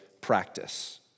practice